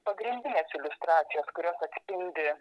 pagrindinės iliustracijos kurios atspindi